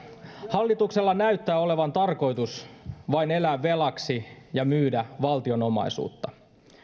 hallituksella näyttää olevan tarkoitus vain elää velaksi ja myydä valtion omaisuutta